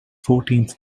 fourteenth